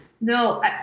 No